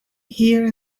here